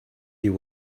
you